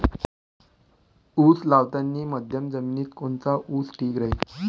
उस लावतानी मध्यम जमिनीत कोनचा ऊस ठीक राहीन?